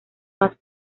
más